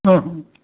ओ